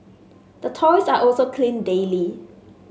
the toys are also cleaned daily